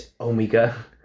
Omega